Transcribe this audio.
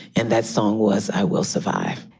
and that song was i will survive.